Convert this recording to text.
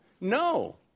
No